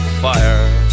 fire